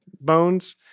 bones